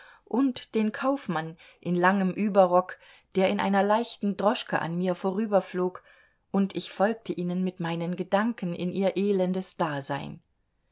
und den kaufmann in langem überrock der in einer leichten droschke an mir vorüberflog und ich folgte ihnen mit meinen gedanken in ihr elendes dasein